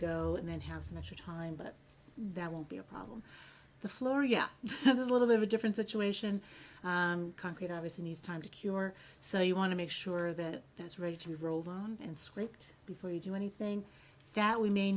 go and then have special time but that will be a problem the floor yeah there's a little bit of a different situation concrete obviously needs time to cure so you want to make sure that that's ready to roll and scraped before you do anything that we may